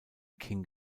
king